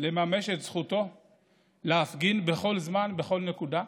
לממש את זכותו להפגין בכל זמן, בכל נקודה,